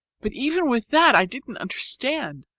but even with that i didn't understand.